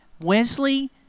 Wesley